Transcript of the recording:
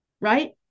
right